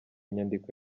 nyandiko